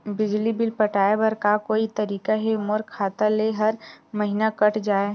बिजली बिल पटाय बर का कोई तरीका हे मोर खाता ले हर महीना कट जाय?